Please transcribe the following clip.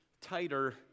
tighter